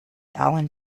alan